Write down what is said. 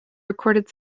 recorded